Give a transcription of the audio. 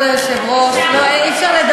ברשות יושב-ראש הישיבה,